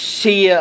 see